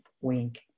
Wink